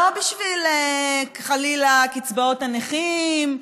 לא בשביל חלילה קצבאות הנכים,